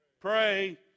pray